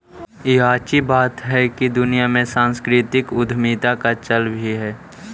याची बात हैकी दुनिया में सांस्कृतिक उद्यमीता का चल भी है